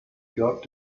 gab